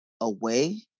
away